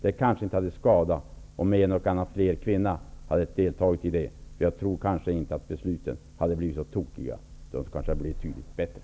Det kanske inte hade skadat om ytterligare en eller annan kvinna hade deltagit i de besluten. Besluten hade då kanske blivit betydligt bättre.